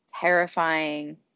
terrifying